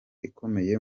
ikomeye